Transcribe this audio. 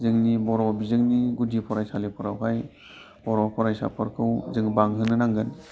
जोंनि बर' बिजोंनि गुदि फरायसालिफोरावहाय बर' फरायसाफोरखौ जोङो बांहोनो नांगोन